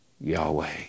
Yahweh